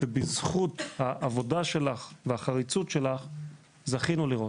בזכות העבודה שלך והחריצות שלך זכינו לראות,